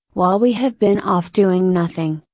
while we have been off doing nothing,